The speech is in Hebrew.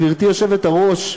גברתי היושבת-ראש,